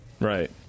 right